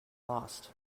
lost